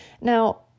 now